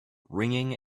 ringing